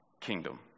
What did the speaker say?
kingdom